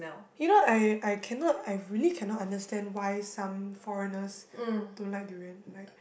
you know I I cannot I really cannot understand why some foreigners don't like durian like